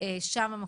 שם המקום.